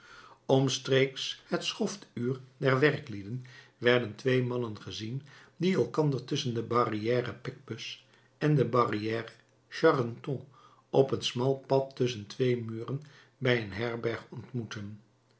omstreeks het schoftuur der werklieden werden twee mannen gezien die elkander tusschen de barrière picpus en de barrière charenton op een smal pad tusschen twee muren bij een herberg ontmoetten